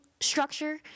structure